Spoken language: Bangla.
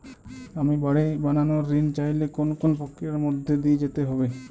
আমি বাড়ি বানানোর ঋণ চাইলে কোন কোন প্রক্রিয়ার মধ্যে দিয়ে যেতে হবে?